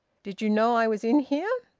did you know i was in here?